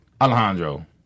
Alejandro